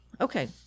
okay